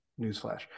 newsflash